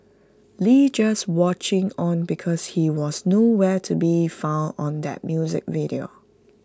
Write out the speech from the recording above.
lee just watching on because he was no where to be found on that music video